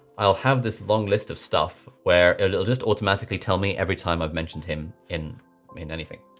i'll have this long list of stuff where it'll just automatically tell me every time i've mentioned him in i mean anything.